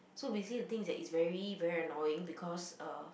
so basically the thing is that is very very annoying because uh